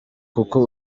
kuko